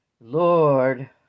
Lord